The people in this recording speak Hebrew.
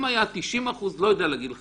אם היה 90% - לא יודע להגיד לך.